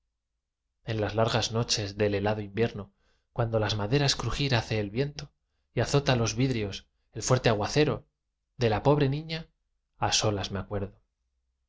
en las largas noches del helado invierno cuando las maderas crujir hace el viento y azota los vidrios el fuerte aguacero de la pobre niña a solas me acuerdo